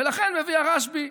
ולכן מביא הרשב"י